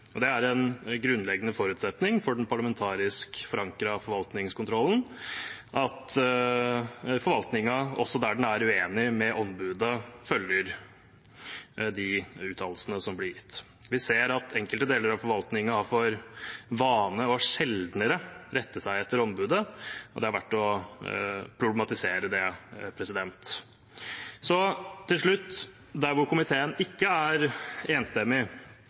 Det er en grunnleggende forutsetning for den parlamentarisk forankrede forvaltningskontrollen at forvaltningen, også der den er uenig med ombudet, følger de uttalelsene som blir gitt. Vi ser at enkelte deler av forvaltningen har for vane sjeldnere å rette seg etter ombudet, og det er verdt å problematisere det. Til slutt: Der hvor komiteen ikke er enstemmig,